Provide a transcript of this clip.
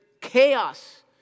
chaos